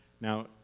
now